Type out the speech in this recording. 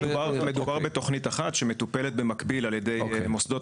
מדובר בתכנית אחת שמטופלת במקביל על ידי מוסדות